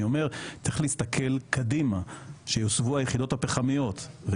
צריך להסתכל קדימה שיוסבו היחידות הפחמיות,